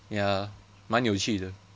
ya 蛮有趣的